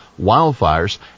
wildfires